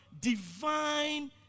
Divine